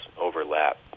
overlap